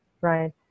right